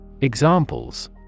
Examples